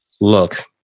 Look